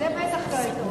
זה בטח לא היית רוצה.